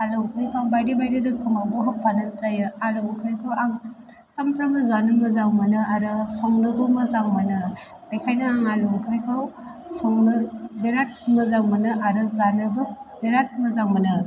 आलु ओंख्रिखौ आं बायदि बायदि रोखोमावबो होफानाय जायो आलु ओंख्रिखौ आं सामफ्रामबो जानो मोजां मोनो आरो संनोबो मोजां मोनो बेखायनो आं आलु ओंख्रिखौ संनो बिराद मोजां मोनो आरो जानोबो बिराद मोजां मोनो